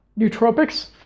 nootropics